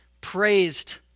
praised